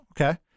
okay